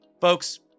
Folks